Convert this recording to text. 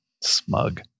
Smug